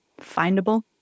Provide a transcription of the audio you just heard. findable